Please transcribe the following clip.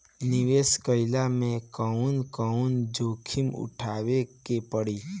निवेस कईला मे कउन कउन जोखिम उठावे के परि?